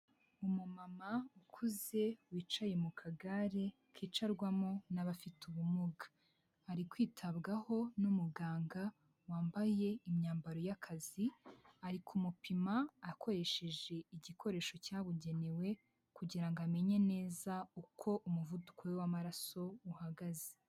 Umumama ukuze wicaye mu kagare kicarwamo n'abafite ubumuga, ari kwitabwaho n'umuganga wambaye imyambaro y'akazi, ari kumupima akoresheje igikoresho cyabugenewe, kugira ngo amenye neza uko umuvuduko we w'amaraso uhagaze.